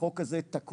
החוק הזה תקוע,